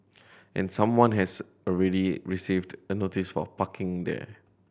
and someone has already received a notice for parking there